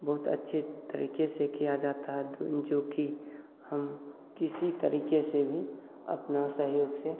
बहुत अच्छे तरीक़े से किया जाता है जोकि हम किसी तरीक़े से भी अपना सहयोग से